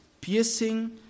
piercing